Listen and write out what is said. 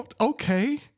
okay